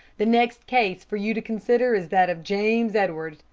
the next case for you to consider is that of james edwards,